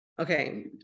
Okay